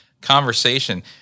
conversation